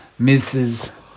Mrs